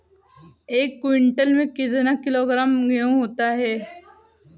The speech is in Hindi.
एक क्विंटल में कितना किलोग्राम गेहूँ होता है?